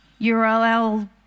URL